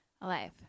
Alive